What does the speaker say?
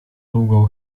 długą